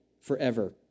forever